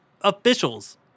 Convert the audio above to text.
officials